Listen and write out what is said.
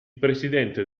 presidente